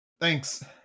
Thanks